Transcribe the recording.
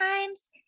times